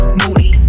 moody